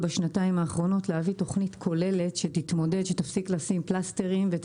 להביא תוכנית כוללת שתפסיק לשים פלסטרים ותתמודד.